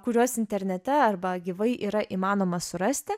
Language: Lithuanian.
kuriuos internete arba gyvai yra įmanoma surasti